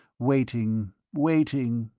waiting, waiting,